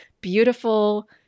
beautiful